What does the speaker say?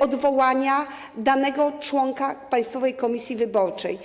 odwołania danego członka Państwowej Komisji Wyborczej.